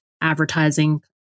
advertising